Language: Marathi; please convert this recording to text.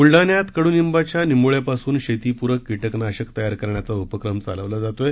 ब्लडाण्यात कड्निंबाच्या निंबोळ्यापासून शेतीपूरक कीटकनाशक तयार करण्याचा उपक्रम चालवला जात आहे